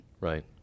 Right